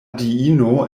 diino